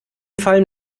fallen